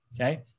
okay